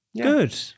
Good